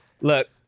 Look